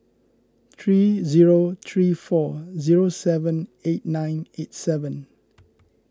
three zero three four zero seven eight nine eight seven